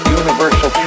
universal